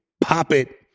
pop-it